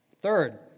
Third